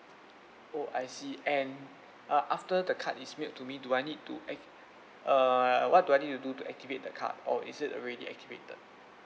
oh I see and uh after the card is mailed to me do I need to act~ err what do I need to do to activate the card or is it already activated